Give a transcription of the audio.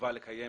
חובה לתת